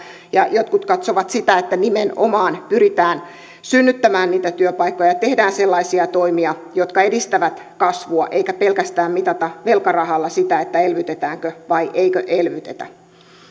ja jotkut katsovat sitä että nimenomaan pyritään synnyttämään niitä työpaikkoja ja tehdään sellaisia toimia jotka edistävät kasvua eikä pelkästään mitata velkarahalla sitä elvytetäänkö vai eikö elvytetä